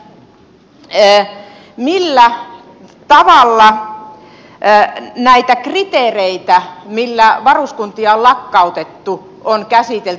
kysynkin asianomaiselta ministeriltä millä tavalla näitä kriteereitä millä varuskuntia on lakkautettu on käsitelty